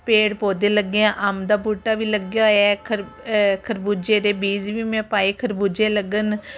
ਪੇੜ ਪੌਦੇ ਲੱਗੇ ਅੰਬ ਦਾ ਬੂਟਾ ਵੀ ਲੱਗਿਆ ਹੋਇਆ ਖਰ ਖਰਬੂਜੇ ਦੇ ਬੀਜ ਵੀ ਮੈਂ ਪਾਏ ਖਰਬੂਜੇ ਲੱਗਣ